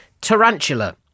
Tarantula